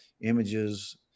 images